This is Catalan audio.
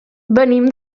venim